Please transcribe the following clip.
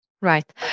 Right